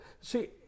see